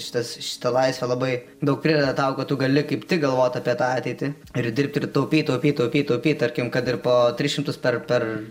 šitas šita laisvė labai daug prideda tau kad tu gali kaip tik galvot apie tą ateitį ir dirbti taupyt taupyt taupyt taupyt tarkim kad ir po tris šimtus per per